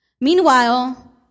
Meanwhile